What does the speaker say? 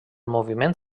moviment